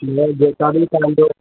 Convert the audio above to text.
न जेका बि तव्हांजो